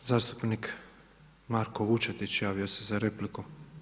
Zastupnik Marko Vučetić javio se za repliku.